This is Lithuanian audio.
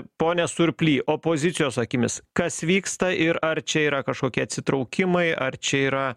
pone surply opozicijos akimis kas vyksta ir ar čia yra kažkokie atsitraukimai ar čia yra